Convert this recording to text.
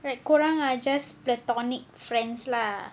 like kau orang are just platonic friends lah